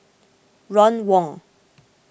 Ron Wong